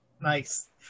nice